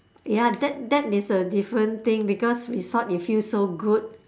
ya that that is a different thing because we thought you feel so good